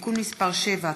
(תיקון מס' 7),